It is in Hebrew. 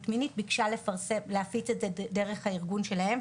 מינית ביקשה לפרסם ולהפיץ את זה דרך הארגון שלהם,